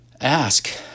ask